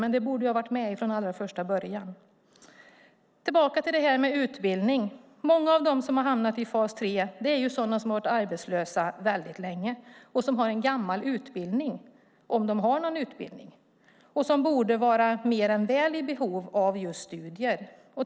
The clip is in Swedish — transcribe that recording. Men det borde ju ha varit med från allra första början. Tillbaka till frågan om utbildning. Många av dem som har hamnat i fas 3 är sådana som har varit arbetslösa väldigt länge och som har en gammal utbildning, om de har någon utbildning. De borde mer än väl vara i behov av just studier.